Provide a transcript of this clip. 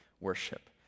worship